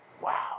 Wow